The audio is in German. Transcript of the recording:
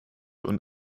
und